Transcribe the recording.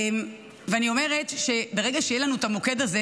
ואני אומרת שברגע שיהיה לנו את המוקד הזה,